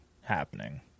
happening